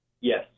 Yes